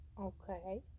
Okay